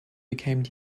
become